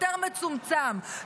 יותר מצומצם,